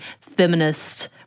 feminist